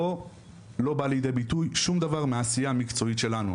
פה לא בא לידי ביטוי שום דבר מהעשייה המקצועית שלנו,